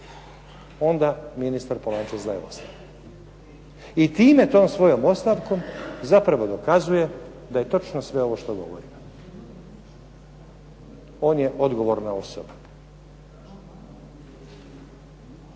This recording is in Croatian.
onda ministar Polančec daje ostavku. I time, tom svojom ostavkom zapravo dokazuje da je točno sve ovo što govorimo. On je odgovorna osoba.